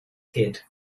head